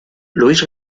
luís